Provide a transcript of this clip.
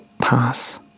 pass